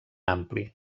ampli